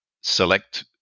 select